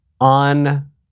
on